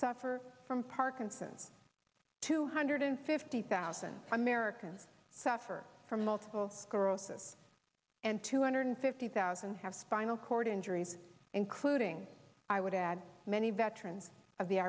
suffer from parkinson's two hundred fifty thousand americans suffer from multiple sclerosis and two hundred fifty thousand have spinal cord injuries including i would add many veterans of the